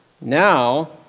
now